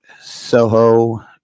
Soho